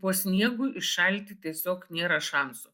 po sniegu iššalti tiesiog nėra šansų